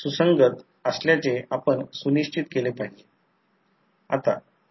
तर साधारणपणे आपण जे काही गणिते आणि इतर गोष्टी सोडवल्या त्या अगदी इक्विवलेंट सर्किट आहेत